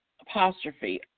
apostrophe